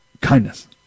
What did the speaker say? kindness